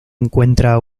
encuentra